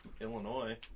Illinois